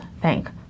thank